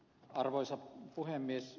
arvoisa puhemies